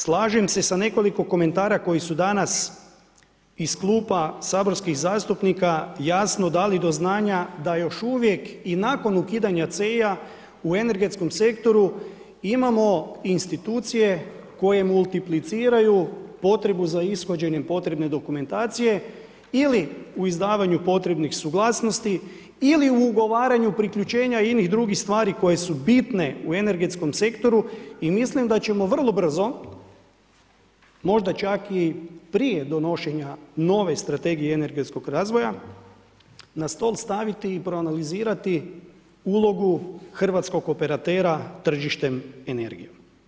Slažem se sa nekoliko komentara koji su danas iz kluba saborskih zastupnika jasno dali do znanja da još uvijek i nakon ukidanja CEI-ja u energetskom sektoru imamo institucije koje multipliciraju potrebu za ishođenjem potrebne dokumentacije ili u izdavanju potrebnih suglasnosti ili ugovaranju priključenja inih drugih stvari koje su bitne u energetskom sektoru i mislim da ćemo vrlo brzo možda čak i prije donošenja nove Strategije energetskog razvoja na stol staviti i proanalizirati ulogu hrvatskog operatera tržištem energije.